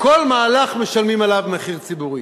בכל מהלך, משלמים עליו מחיר ציבורי.